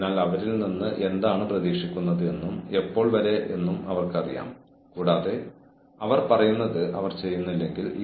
അതിനാൽ നിങ്ങൾ ഒരു തെറാപ്പിസ്റ്റിന്റെ റോൾ കളിക്കാനും കൌൺസിലിംഗിലേക്ക് പോകാനും ശ്രമിക്കരുത്